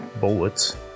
bullets